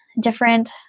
different